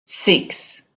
six